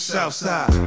Southside